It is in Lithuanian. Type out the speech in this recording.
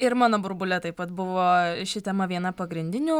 ir mano burbule taip pat buvo ši tema viena pagrindinių